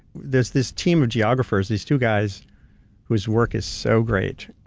this this team of geographers, these two guys whose work is so great,